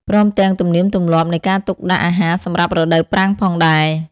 ព្រមទាំងទំនៀមទម្លាប់នៃការទុកដាក់អាហារសម្រាប់រដូវប្រាំងផងដែរ។